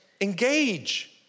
Engage